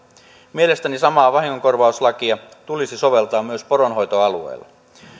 mielestäni samaa vahingonkorvauslakia tulisi soveltaa myös poronhoitoalueella